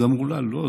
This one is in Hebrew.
אז אמרו לה: לא,